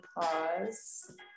pause